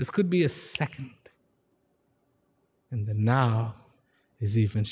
this could be a second in the now is even